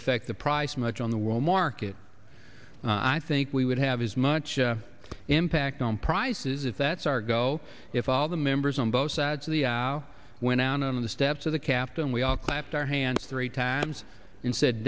affect the price much on the world market i think we would have as much impact on prices if that's our go if all the members on both sides of the aisle went down on the steps of the captain we all clapped our hands three times